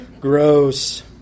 gross